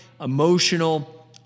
emotional